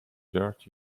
dirt